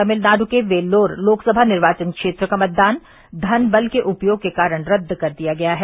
तमिलनाड् में वेल्लोर लोकसभा निर्वाचन क्षेत्र का मतदान धन बल के उपयोग के कारण रद्द कर दिया गया है